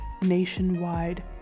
nationwide